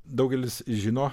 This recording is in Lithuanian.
daugelis žino